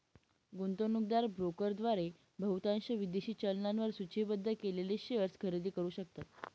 गुंतवणूकदार ब्रोकरद्वारे बहुतांश विदेशी चलनांवर सूचीबद्ध केलेले शेअर्स खरेदी करू शकतात